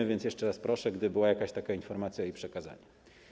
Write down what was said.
A więc jeszcze raz proszę, gdyby była jakaś taka informacja, o jej przekazanie.